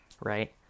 right